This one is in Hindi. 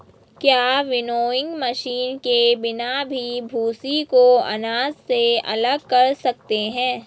क्या विनोइंग मशीन के बिना भी भूसी को अनाज से अलग कर सकते हैं?